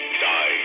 die